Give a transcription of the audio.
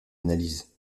analyse